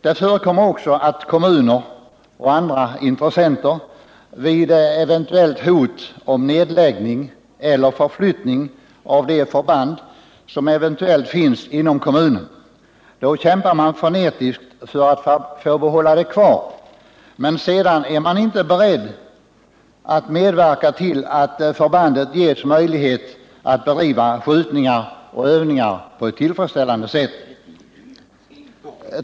Det förekommer också att kommuner och andra intressenter vid eventuellt hot om nedläggning eller förflyttning av det förband som finns inom kommunen kämpar frenetiskt för att få ha det kvar, men sedan är man inte beredd att medverka till att förbandet ges möjlighet att bedriva skjutningar och övningar på ett tillfredsställande sätt.